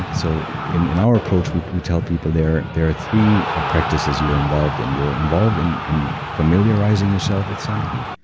and so in in our approach we we tell people there there are three ah practices you are involved in. you are involved in in familiarizing yourself with something,